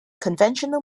conventional